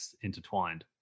intertwined